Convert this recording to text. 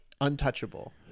untouchable